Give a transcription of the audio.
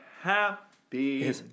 happy